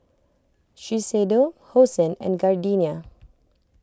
Shiseido Hosen and Gardenia